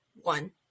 one